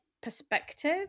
perspective